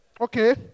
Okay